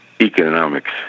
Economics